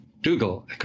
Dougal